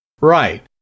Right